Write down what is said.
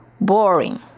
Boring